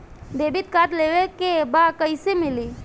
Debit card लेवे के बा कईसे मिली?